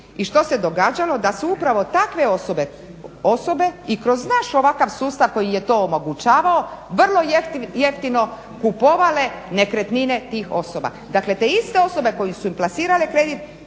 I što se događalo? Da su upravo takve osobe i kroz naš ovakav sustav koji je to omogućavao vrlo jeftino kupovale nekretnine tih osoba, dakle te iste osobe koje su im plasirale kredit